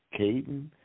Caden